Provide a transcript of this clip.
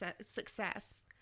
success